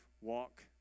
walk